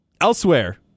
Elsewhere